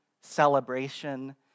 celebration